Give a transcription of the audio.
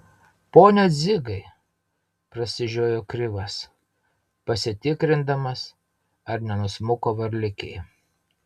pone dzigai prasižiojo krivas pasitikrindamas ar nenusmuko varlikė